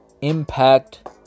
Impact